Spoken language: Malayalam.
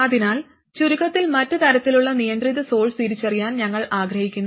അതിനാൽ ചുരുക്കത്തിൽ മറ്റ് തരത്തിലുള്ള നിയന്ത്രിത സോഴ്സ് തിരിച്ചറിയാൻ ഞങ്ങൾ ആഗ്രഹിക്കുന്നു